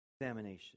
examination